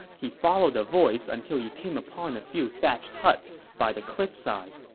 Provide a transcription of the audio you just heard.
he followed the voice until he came upon a few thatched huts by the cliffside.